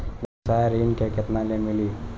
व्यवसाय ऋण केतना ले मिली?